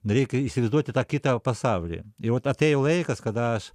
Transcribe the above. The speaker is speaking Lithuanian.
reikia įsivaizduoti tą kitą pasaulį ir vat atėjo laikas kada aš